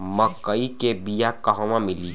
मक्कई के बिया क़हवा मिली?